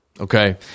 Okay